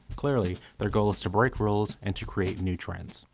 clearly, their goal is to break rules and to create new trends.